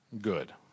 good